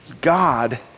God